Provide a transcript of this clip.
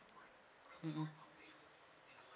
mmhmm